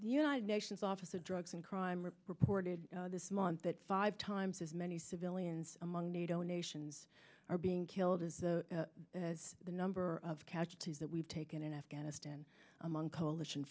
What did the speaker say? united nations office of drugs and crime are reported this month that five times as many civilians among nato nations are being killed in the as the number of casualties that we've taken in afghanistan among coalition